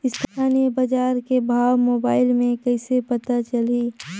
स्थानीय बजार के भाव मोबाइल मे कइसे पता चलही?